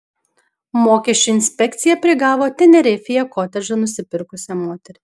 mokesčių inspekcija prigavo tenerifėje kotedžą nusipirkusią moterį